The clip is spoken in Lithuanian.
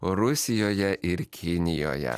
rusijoje ir kinijoje